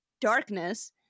darkness